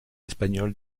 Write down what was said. espagnol